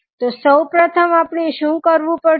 તો સૌપ્રથમ આપણે શું કરવું પડશે